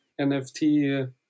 NFT